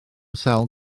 sawl